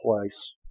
place